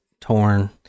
torn